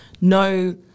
no